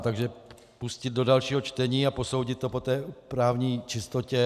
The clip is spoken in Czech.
Takže pustit do dalšího čtení a posoudit to po právní čistotě.